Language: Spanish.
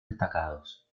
destacados